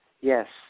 Yes